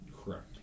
Correct